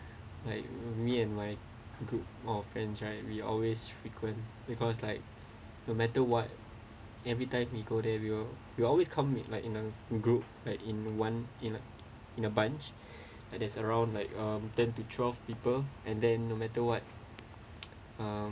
like me and my group of friends right we always frequent because like no matter what everytime we go there we will we always come in like in a group like in one in a in a bunch at there's around like um ten to twelve people and then no matter what uh